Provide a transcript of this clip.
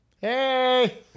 Hey